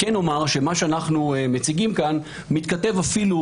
כן אומר שמה שאנו מציגים פה מתכתב אפילו